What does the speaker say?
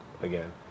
again